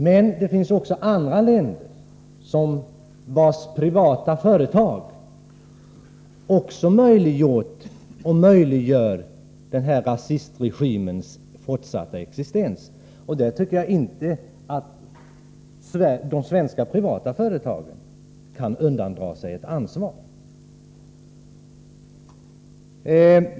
Men det finns också andra länder, vars privata företag möjliggjort, och möjliggör, rasistregimens fortsatta existens. Jag tycker inte att de svenska privata företagen här kan undandra sig ett ansvar.